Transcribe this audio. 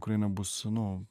ukraina bus nu